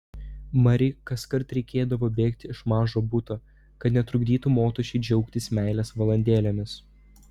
mari kaskart reikėdavo bėgti iš mažo buto kad netrukdytų motušei džiaugtis meilės valandėlėmis